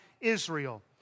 Israel